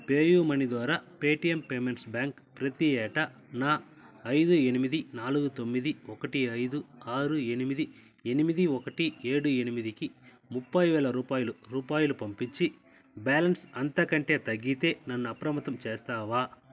pay you money ద్వారా Paytm payments bank ప్రతి ఏటా నా ఐదు ఎనిమిది నాలుగు తొమ్మిది ఒకటి ఐదు ఆరు ఎనిమిది ఎనిమిది ఒకటి ఏడు ఎనిమిదికి ముప్పైవేల రూపాయలు రూపాయలు పంపించి బ్యాలన్స్ అంతకంటే తగ్గితే నన్ను అప్రమత్తం చేస్తావా